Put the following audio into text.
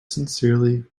sincerely